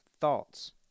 thoughts